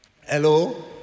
Hello